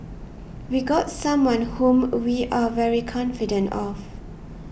we got someone whom we are very confident of